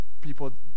people